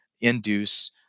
induce